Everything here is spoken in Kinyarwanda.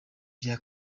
vya